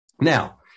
Now